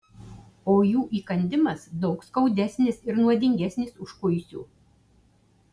o jų įkandimas daug skaudesnis ir nuodingesnis už kuisių